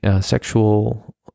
sexual